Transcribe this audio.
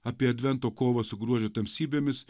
apie advento kovą su gruodžio tamsybėmis